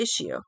issue